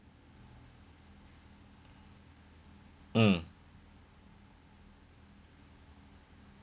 mm